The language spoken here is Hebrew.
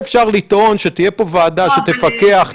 אפשר לקרוא לזה קידום שימוש בטכנולוגיה אזרחית.